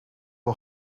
wel